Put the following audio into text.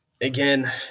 again